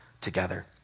together